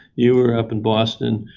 you were up in boston,